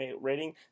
rating